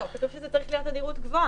לא, כתוב שזה צריך להיות בתדירות גבוהה.